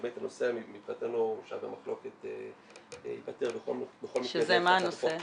מבחינתנו הנושא שהיה במחלוקת ייפתר בכל מקרה דרך -- שמה הנושא?